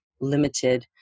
limited